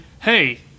hey